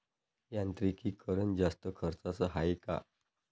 यांत्रिकीकरण जास्त खर्चाचं हाये का?